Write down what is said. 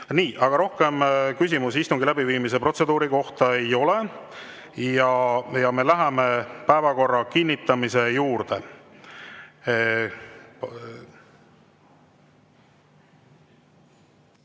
Nii. Rohkem küsimusi istungi läbiviimise protseduuri kohta ei ole ja me läheme päevakorra kinnitamise juurde.